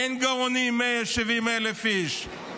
אין 170,000 איש גאונים.